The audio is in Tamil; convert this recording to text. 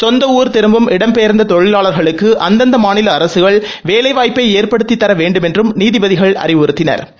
சொந்த ஊர் திரும்பும் இடம்பெயர்ந்த தொழிலாளர்களுக்கு அந்தந்த மாநில அரசுகள் வேலைவாய்ப்பை ஏற்படுத்தித் தர வேண்டுமென்றும் நீதிபதிகள் அறிவுறுத்தினா்